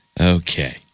Okay